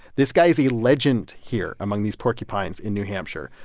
this guy is a legend here among these porcupines in new hampshire.